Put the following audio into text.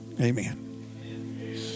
Amen